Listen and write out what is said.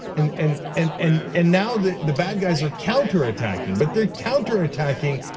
and and and and and now the the bad guys are counter-attacking, but they're counter-attacking.